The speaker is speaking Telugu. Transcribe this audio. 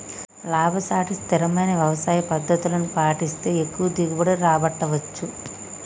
లాభసాటి స్థిరమైన వ్యవసాయ పద్దతులను పాటిస్తే ఎక్కువ దిగుబడి రాబట్టవచ్చు